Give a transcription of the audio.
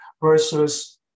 versus